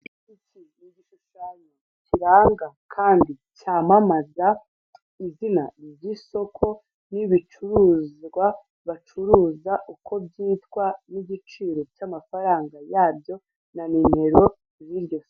Iki n'igishushanyo kigaragaza kandi cyamamaza izina ry'isoko n'ibicuruzwa bacuruza uko byitwa n'igiciro na nimero yiryo soko.